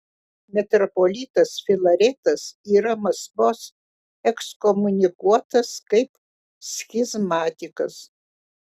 metropolitas filaretas yra maskvos ekskomunikuotas kaip schizmatikas